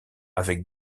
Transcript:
avec